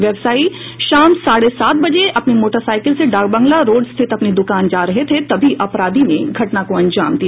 व्यावसायी शाम साढ़े सात बजे अपनी मोटरसाइकिल से डाकबंगला रोड स्थित अपनी दुकान जा रहे थे तभी अपराधियों ने घटना को अंजाम दिया